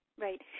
right